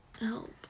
help